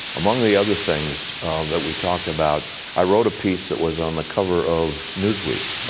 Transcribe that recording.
among the other things that we talked about i wrote a piece that was on the cover of newsweek